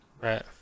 Right